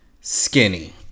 skinny